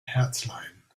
herzleiden